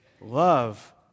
Love